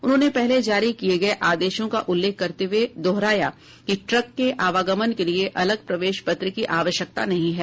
उन्होंने पहले जारी किये गये आदेशों का उल्लेख करते हुएदोहराया कि ट्रक के आवागमन के लिए अलग प्रवेश पत्र की आवश्यकता नहीं है